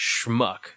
schmuck